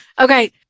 Okay